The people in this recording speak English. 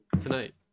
tonight